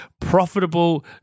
profitable